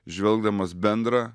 žvelgdamas bendrą